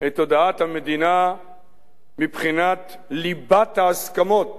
את הודעת המדינה מבחינת ליבת ההסכמות